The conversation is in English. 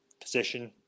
position